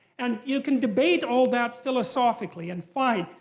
and you can debate all that philosophically, and fine.